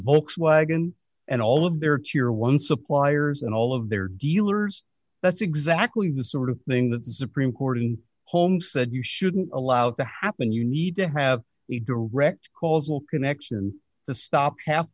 volkswagen and all of their tear one suppliers and all of their dealers that's exactly the sort of thing that zapruder courting home said you shouldn't allow to happen you need to have a direct causal connection to stop half